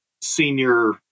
senior